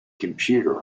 computer